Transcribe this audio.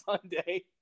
Sunday